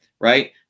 right